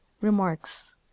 Remarks